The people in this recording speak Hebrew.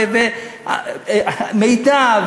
ומידע,